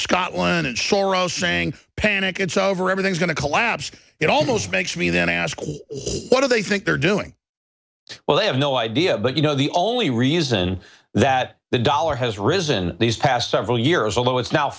scotland insurance saying panic it's over everything's going to collapse it almost makes me then ask what do they think they're doing well i have no idea but you know the only reason that the dollar has risen these past several years although it's no